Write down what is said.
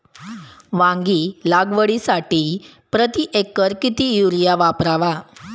वांगी लागवडीसाठी प्रति एकर किती युरिया वापरावा?